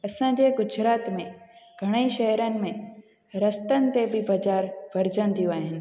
असांजे गुजरात में घणा ई शहरनि में रस्तनि ते बाज़ारि भरजंदियूं आइन